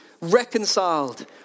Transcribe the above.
reconciled